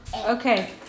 Okay